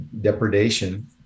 depredation